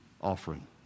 offering